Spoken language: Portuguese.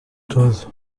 todo